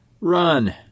Run